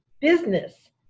business